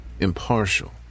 impartial